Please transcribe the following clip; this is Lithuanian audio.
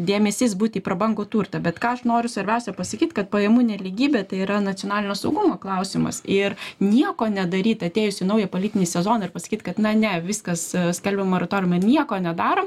dėmesys būt į prabangų turtą bet ką aš noriu svarbiausia pasakyti kad pajamų nelygybė tai yra nacionalinio saugumo klausimas ir nieko nedaryt atėjusį naują politinį sezoną ir pasakyt kad na ne viskas skelbiam maratoriumą nieko nedarom